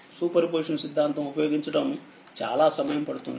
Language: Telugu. సూపర్ పొజిషన్ సిద్ధాంతం ఉపయోగించడం చాలా సమయం పడుతుంది